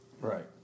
Right